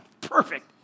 Perfect